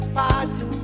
party